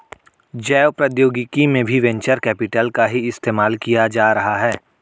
जैव प्रौद्योगिकी में भी वेंचर कैपिटल का ही इस्तेमाल किया जा रहा है